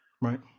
Right